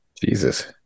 Jesus